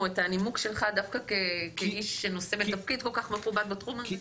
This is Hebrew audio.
דווקא כאיש שנושא בתפקיד מכובד בתחום הזה.